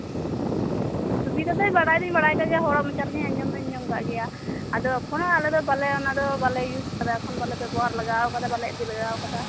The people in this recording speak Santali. ᱥᱩᱵᱤᱫᱟ ᱫᱚ ᱵᱟᱲᱟᱭ ᱫᱩᱧ ᱵᱟᱲᱟᱭ ᱟᱠᱟᱫ ᱜᱮᱭᱟ ᱦᱚᱲᱟᱜ ᱢᱚᱪᱟ ᱨᱮᱜᱮᱤᱧ ᱟᱡᱚᱢ ᱫᱩᱧ ᱟᱡᱚᱢ ᱟᱠᱟᱫ ᱜᱮᱭᱟ ᱟᱫᱚ ᱮᱠᱷᱚᱱᱳ ᱟᱞᱮ ᱫᱚ ᱵᱟᱞᱮ ᱚᱱᱟ ᱫᱚ ᱵᱟᱞᱮ ᱤᱩᱡ ᱟᱠᱟᱫᱟ ᱮᱠᱷᱚᱱ ᱵᱟᱞᱮ ᱵᱮᱵᱚᱦᱟᱨ ᱞᱮᱜᱟ ᱟᱠᱟᱫᱟ ᱵᱟᱞᱮ ᱤᱫᱤ ᱞᱮᱜᱟ ᱟᱠᱟᱫᱟ